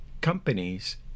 companies